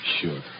Sure